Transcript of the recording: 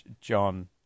John